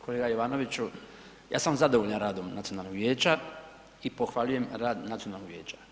Kolega Jovanoviću ja sam zadovoljan radom nacionalnoga vijeća i pohvaljujem rad nacionalnog vijeća.